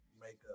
Makeup